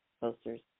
poster's